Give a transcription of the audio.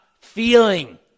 feeling